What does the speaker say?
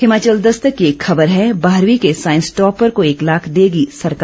हिमाचल दस्तक की एक खबर है बारहवीं के साईंस टॉपर को एक लाख देगी सरकार